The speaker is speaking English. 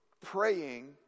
praying